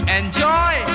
enjoy